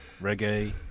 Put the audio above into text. reggae